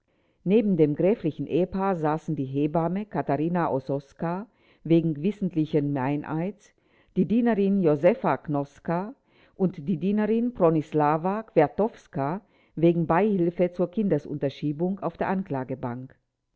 neben dem gräflichen ehepaar saßen die hebamme katharine ososka wegen wissentlichen meineids die dienerin josepha knoska und die dienerin pronislawa chwiatkowska wegen beihilfe zur kindesunterschiebung auf der anklagebank